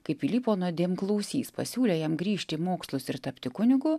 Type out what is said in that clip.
kai pilypo nuodėmklausys pasiūlė jam grįžti į mokslus ir tapti kunigu